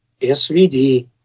SVD